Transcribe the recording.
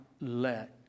let